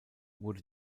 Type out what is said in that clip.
wurde